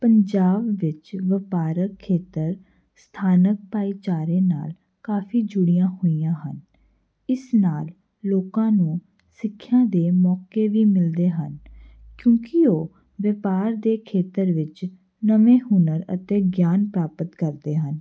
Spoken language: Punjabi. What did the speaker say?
ਪੰਜਾਬ ਵਿੱਚ ਵਪਾਰਕ ਖੇਤਰ ਸਥਾਨਕ ਭਾਈਚਾਰੇ ਨਾਲ ਕਾਫੀ ਜੁੜੀਆਂ ਹੋਈਆਂ ਹਨ ਇਸ ਨਾਲ ਲੋਕਾਂ ਨੂੰ ਸਿੱਖਿਆ ਦੇ ਮੌਕੇ ਵੀ ਮਿਲਦੇ ਹਨ ਕਿਉਂਕਿ ਉਹ ਵਪਾਰ ਦੇ ਖੇਤਰ ਵਿੱਚ ਨਵੇਂ ਹੁਨਰ ਅਤੇ ਗਿਆਨ ਪ੍ਰਾਪਤ ਕਰਦੇ ਹਨ